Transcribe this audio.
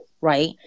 right